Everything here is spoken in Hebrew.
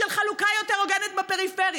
של חלוקה יותר הוגנת בפריפריה,